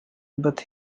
but